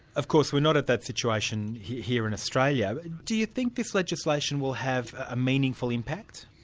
of course we're not at that situation here in australia do you think this legislation will have a meaningful impact?